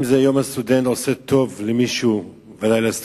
אם יום הסטודנט עושה טוב למישהו מהסטודנטים,